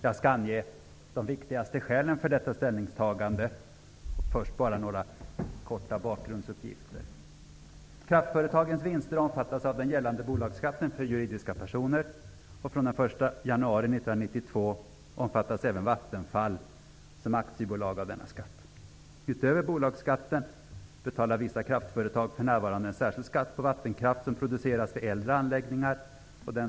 Jag skall ange de viktigaste skälen till detta ställningstagande. Jag skall först ge några bakgrundsuppgifter: januari 1992 omfattas även Vattenfall som aktiebolag av denna skatt. Utöver bolagsskatten betalar vissa kraftföretag för närvarande en särskild skatt på vattenkraft som produceras vid äldre anläggningar.